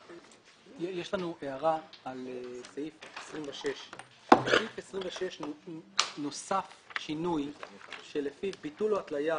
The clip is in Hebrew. יש לנו הערה לסעיף 26. בסעיף 26 נוסף שינוי לפיו ביטול או התלייה